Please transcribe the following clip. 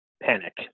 Panic